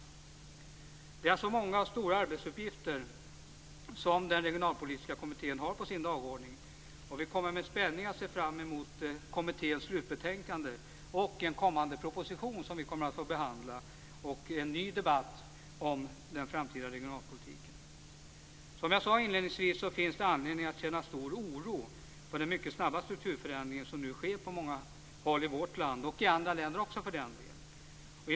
Det är alltså många och stora arbetsuppgifter som den regionalpolitiska kommittén har på sin dagordning, och vi ser med spänning fram emot kommitténs slutbetänkande, en kommande proposition som vi kommer att få behandla och en ny debatt om den framtida regionalpolitiken. Som jag sade inledningsvis finns det anledning att känna stor oro för den mycket snabba strukturförändring som nu sker på många håll i vårt land och i andra länder också för den delen.